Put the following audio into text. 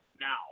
now